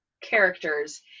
characters